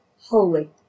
holy